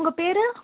உங்கள் பேர்